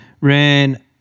Ran